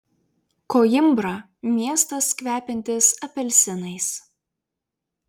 koimbra miestas kvepiantis apelsinais